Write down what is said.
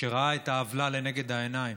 שראה את העוולה לנגד העיניים,